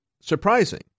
surprising